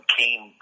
came